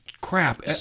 crap